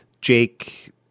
Jake